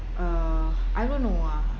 uh I don't know ah